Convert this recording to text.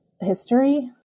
history